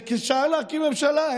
אפשר להרכיב ממשלה.